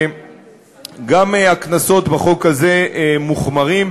גם הקנסות בחוק הזה מוחמרים,